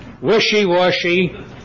wishy-washy